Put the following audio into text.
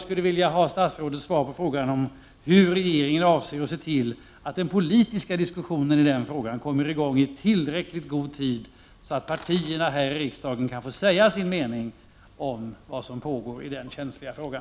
På vilket sätt avser regeringen att se till att den politiska diskussionen i den frågan kommer i gång i tillräck ligt god tid för att partierna här i riksdagen skall få säga sin mening om vad som pågår i den känsliga frågan?